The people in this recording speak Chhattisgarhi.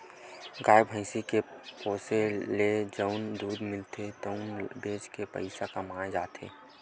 गाय, भइसी के पोसे ले जउन दूद मिलथे तउन ल बेच के पइसा कमाए जाथे